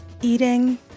eating